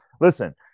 listen